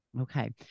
Okay